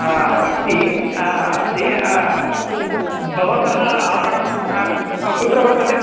हा अस्ति अस्ति भवतः आपणं कुत्र वर्तते